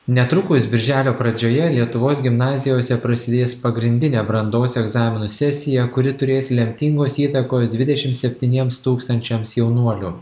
netrukus birželio pradžioje lietuvos gimnazijose prasidės pagrindinė brandos egzaminų sesija kuri turės lemtingos įtakos dvidešimt septyniems tūkstančiams jaunuolių